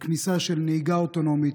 הכניסה של נהיגה אוטונומית,